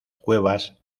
cuevas